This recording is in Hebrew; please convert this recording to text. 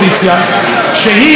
יחד עם מר אולמרט,